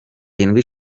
irindwi